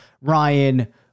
Ryan